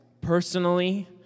personally